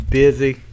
busy